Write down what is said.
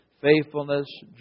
faithfulness